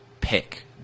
pick